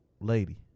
lady